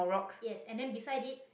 yes and then beside it